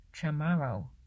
tomorrow